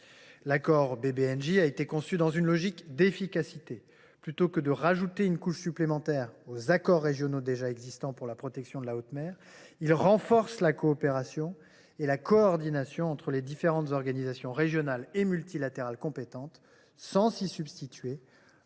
accord a été conçu dans une logique d’efficacité. Plutôt que d’ajouter une couche supplémentaire aux accords régionaux déjà existants pour la protection de la haute mer, il renforce la coopération et la coordination entre les différentes organisations régionales et multilatérales compétentes, sans s’y substituer,